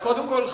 קודם כול,